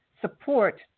support